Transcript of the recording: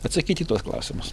atsakyti į tuos klausimus